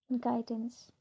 guidance